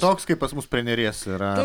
toks kaip pas mus prie neries yra